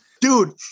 dude